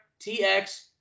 TX